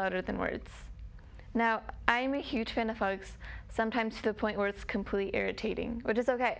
louder than words now i'm a huge fan of folks sometimes to the point where it's completely irritating which is ok